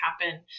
happen